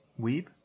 weeb